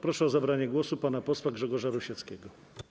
Proszę o zabranie głosu pana posła Grzegorza Rusieckiego.